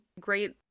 Great